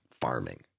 farming